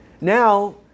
Now